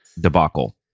debacle